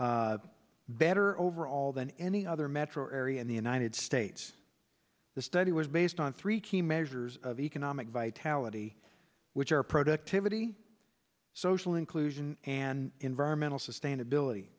better overall than any other metro area in the united states the study was based on three key measures of economic vitality which are productivity social and environmental sustainability